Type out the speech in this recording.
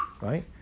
right